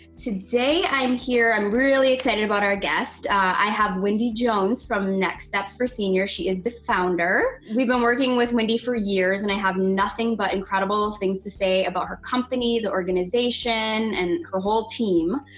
today, i'm here. i'm really excited about our guest. i have wendy jones from next steps four seniors. she is the founder. we've been working with wendy for years and i have nothing but incredible things to say about her company, the organization, and her whole team.